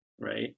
Right